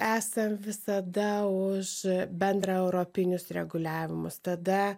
esam visada už bendraeuropinius reguliavimus tada